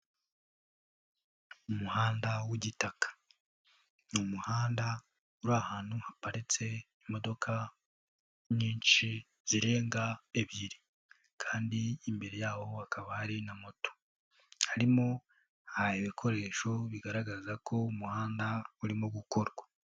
Umuhanda w'igitaka ni umuhanda uri ahantu haparitse imodoka nyinshi zirenga ebyiri kandi imbere yawo hakaba hari na moto, harimo ibikoresho bigaragaza ko umuhanda urimo gukorwa.